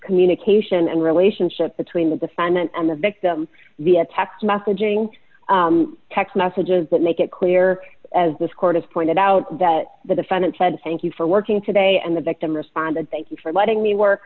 communication and relationship between the defendant and the victim via text messaging text messages that make it clear as this court is pointed out that the defendant said thank you for working today and the victim responded thank you for letting me work